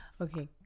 okay